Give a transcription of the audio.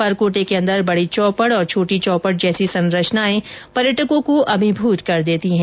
परकोटे के अंदर बड़ी चौपड़ और छोटी चौपड़ जैसी संरचनाएं पर्यटकों को अभिभूत कर देती है